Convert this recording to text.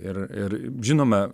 ir ir žinoma